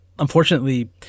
Unfortunately